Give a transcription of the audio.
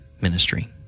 ministry